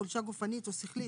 חולשה גופנית או שכלית,